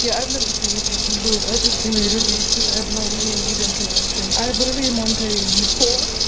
yeah i've never seen the kissing booth i just came here to read because i'm lonely and need interaction. i am literally am on page four.